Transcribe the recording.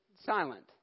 silent